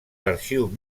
l’arxiu